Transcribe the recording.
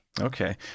Okay